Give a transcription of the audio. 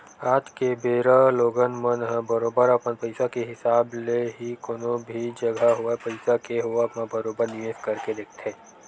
आज के बेरा लोगन मन ह बरोबर अपन पइसा के हिसाब ले ही कोनो भी जघा होवय पइसा के होवब म बरोबर निवेस करके रखथे